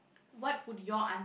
what would your answer